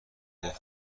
گفت